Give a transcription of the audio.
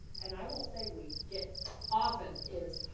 and i will say we get often is,